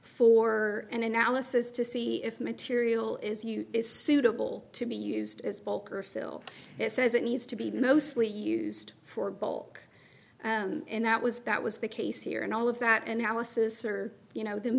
for an analysis to see if material is huge is suitable to be used as bulk or fill it says it needs to be mostly used for bulk and that was that was the case here and all of that analysis or you know them